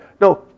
No